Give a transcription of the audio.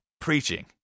preaching